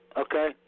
okay